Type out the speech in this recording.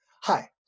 Hi